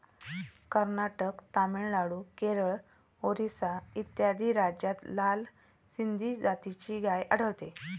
कर्नाटक, तामिळनाडू, केरळ, ओरिसा इत्यादी राज्यांत लाल सिंधी जातीची गाय आढळते